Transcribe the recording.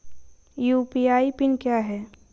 UPI PIN क्या है?